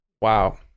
Wow